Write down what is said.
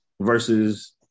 versus